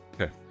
Okay